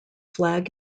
flag